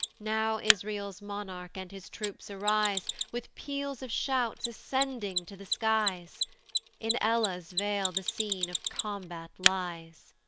now israel's monarch, and his troops arise, with peals of shouts ascending to the skies in elah's vale the scene of combat lies.